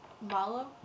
Malo